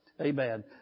Amen